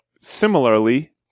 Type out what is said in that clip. similarly